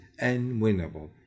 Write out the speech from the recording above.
unwinnable